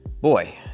Boy